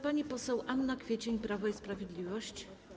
Pani poseł Anna Kwiecień, Prawo i Sprawiedliwość.